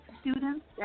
students